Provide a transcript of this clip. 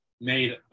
made